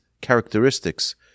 characteristics